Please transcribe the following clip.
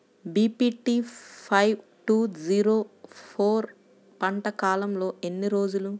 BPT five two zero four పంట కాలంలో ఎన్ని రోజులు?